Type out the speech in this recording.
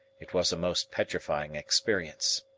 it was a most petrifying experience.